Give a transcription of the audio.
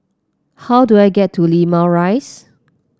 how do I get to Limau Rise